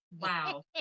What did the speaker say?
Wow